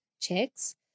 checks